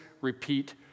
repeat